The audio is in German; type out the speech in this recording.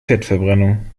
fettverbrennung